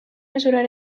mesurar